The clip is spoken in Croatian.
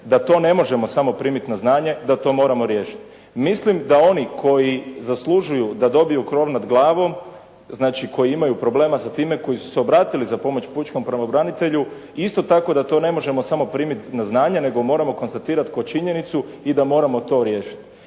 da to ne možemo samo primiti na znanje, da to moramo riješiti. Mislim da oni koji zaslužuju da dobiju krov nad glavom, znači koji imaju problema sa time, koji su se obratili za pomoć pučkom pravobranitelju, isto tako da to ne možemo samo primiti na znanje, nego moramo konstatirati kao činjenicu i da moramo to riješiti.